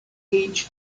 each